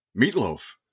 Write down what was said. Meatloaf